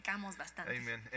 Amen